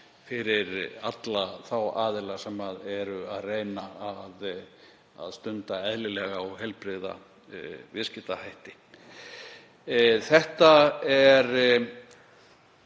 fyrir alla þá aðila sem eru að reyna að stunda eðlilega og heilbrigða viðskiptahætti. Þetta er,